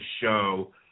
show